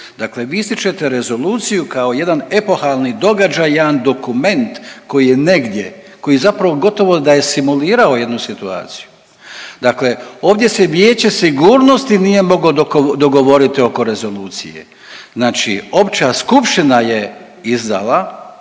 Dakle vi ističete rezoluciju kao jedan epohalni događaj, jedan dokument koji je negdje, koji zapravo gotovo da je simulirao jednu situaciju. Dakle, ovdje se vijeće sigurnosti nije moglo dogovoriti oko rezolucije. Znači opća skupština je izdala